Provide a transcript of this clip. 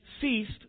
ceased